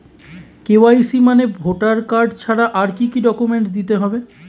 KYC মানে voter card ছাড়া আর কি কি ডকুমেন্ট দিতে হবে?